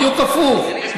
בדיוק הפוך.